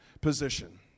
position